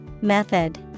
Method